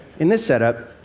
in this setup,